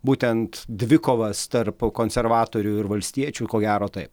būtent dvikovas tarp konservatorių ir valstiečių ko gero taip